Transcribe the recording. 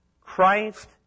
Christ